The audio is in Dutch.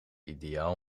ideaal